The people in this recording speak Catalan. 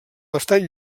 bastant